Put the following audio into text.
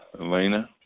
Elena